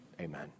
amen